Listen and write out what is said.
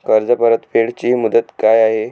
कर्ज परतफेड ची मुदत काय आहे?